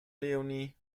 leonie